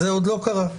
-- זה עוד לא קרה.